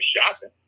shopping